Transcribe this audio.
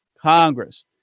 Congress